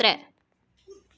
त्रै